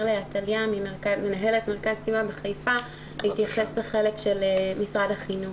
שעתליה מנהלת מרכז סיוע בחיפה להתייחס לחלק של משרד החינוך.